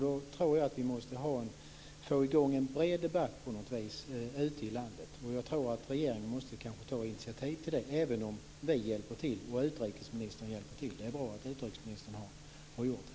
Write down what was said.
Då tror jag att man på något vis måste få i gång en bred debatt ute i landet, och regeringen måste kanske ta initiativ till en sådan även om vi och utrikesministern hjälper till, vilket är bra att hon har gjort.